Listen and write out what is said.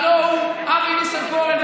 הלוא הוא אבי ניסנקורן.